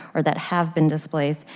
or that have been displaced,